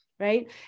Right